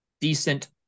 Decent